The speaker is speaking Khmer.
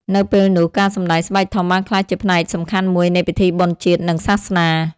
នៅពេលនោះ ការសម្ដែងស្បែកធំបានក្លាយជាផ្នែកសំខាន់មួយនៃពិធីបុណ្យជាតិ និងសាសនា។